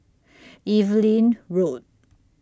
Evelyn Road